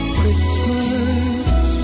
Christmas